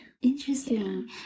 Interesting